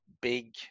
big